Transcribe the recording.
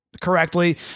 correctly